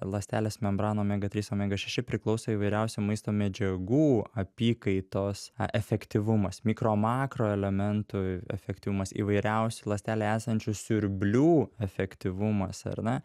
ląstelės membran omega trys omega šeši priklauso įvairiausių maisto medžiagų apykaitos e efektyvumas mikro makro elementų efektyvumas įvairiausių ląstelėj esančių siurblių efektyvumas ar ne